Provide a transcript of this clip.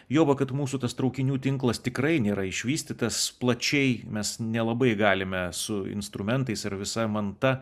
juoba kad mūsų tas traukinių tinklas tikrai nėra išvystytas plačiai mes nelabai galime su instrumentais ar visa manta